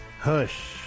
Hush